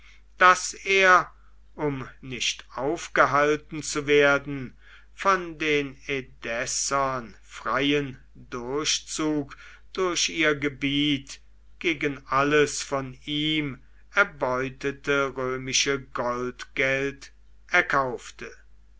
daß er um nicht aufgehalten zu werden von den edessenern freien durchzug durch ihr gebiet gegen alles von ihm erbeutete römische goldgeld erkaufte